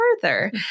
further